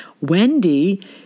Wendy